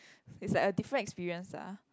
it's like a different experience uh